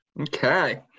Okay